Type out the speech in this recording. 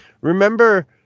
remember